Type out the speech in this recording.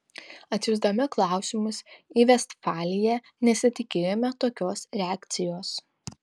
atsiųsdami klausimus į vestfaliją nesitikėjome tokios reakcijos